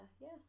yes